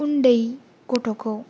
उन्दै गथ'खौ